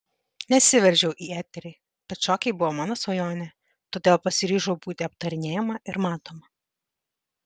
nesiveržiau į eterį bet šokiai buvo mano svajonė todėl pasiryžau būti aptarinėjama ir matoma